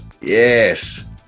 Yes